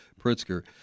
Pritzker